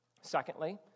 Secondly